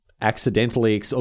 accidentally